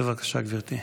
בבקשה, גברתי.